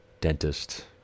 dentist